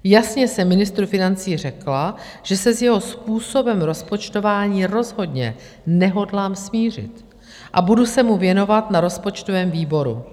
Jasně jsem ministrovi financí řekla, že se s jeho způsobem rozpočtování rozhodně nehodlám smířit a budu se mu věnovat na rozpočtovém výboru.